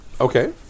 Okay